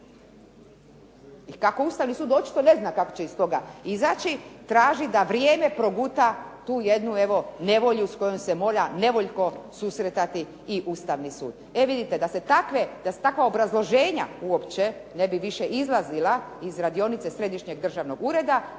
I kako Ustavni sud očito ne zna kako će iz toga izaći traži da vrijeme proguta tu jednu evo nevolju s kojom se mora nevoljko susretati i Ustavni sud. E vidite, da se takva obrazložena uopće ne bi više izlazila iz radionice Središnjeg državnog ureda